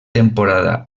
temporada